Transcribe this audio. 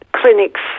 clinics